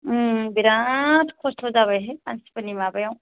बिराद खस्थ' जाबायहाय मानसिफोरनि माबायाव